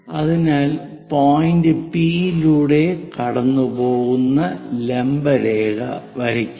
അതിനാൽ point P യിലൂടെ കടന്നുപോകുന്ന ലംബ രേഖ വരക്കുക